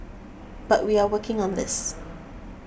but we are working on this